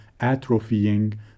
atrophying